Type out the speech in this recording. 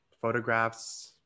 photographs